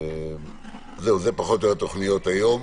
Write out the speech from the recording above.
אלה פחות או יותר התוכניות היום.